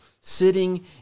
sitting